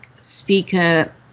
speaker